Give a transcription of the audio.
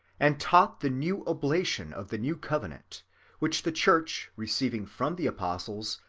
and taught the new oblation of the new covenant which the church receiving from the apostles,